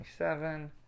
27